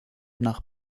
nach